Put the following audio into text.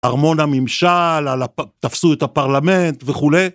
ארמון הממשל, תפסו את הפרלמנט וכולי.